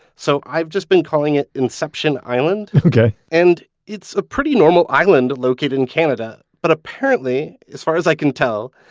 so i've just been calling it inception island yeah and it's a pretty normal island located in canada, but apparently as far as i can tell,